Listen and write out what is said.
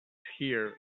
here